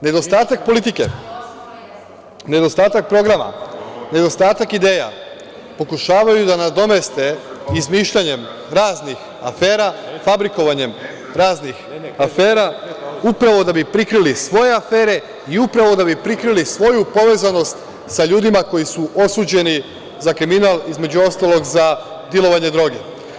Nedostatak politike, nedostatak programa, nedostatak ideja pokušavaju da nadomeste izmišljanjem raznih afera, fabrikovanjem raznih afera, upravo da bi prikrili svoje afere i upravo da bi prikrili svoju povezanost sa ljudima koji su osuđeni za kriminal, između ostalog, za dilovanje droge.